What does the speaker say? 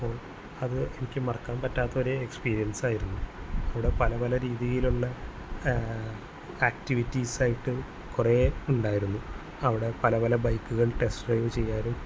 അപ്പോള് അത് എനിക്ക് മറക്കാൻ പറ്റാത്തൊരു എക്സ്പീരിയൻസായിരുന്നു ഇവിടെ പല പല രീതിയിലുള്ള ആക്ടിവിറ്റീസ് ആയിട്ടും കുറേ ഉണ്ടായിരുന്നു അവടെ പല പല ബൈക്കുകൾ ടെസ്റ്റ് ഡ്രൈവ് ചെയ്യാനും